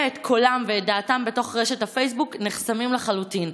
את קולם ואת דעתם בתוך רשת הפייסבוק נחסמים לחלוטין.